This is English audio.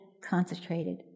concentrated